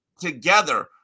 together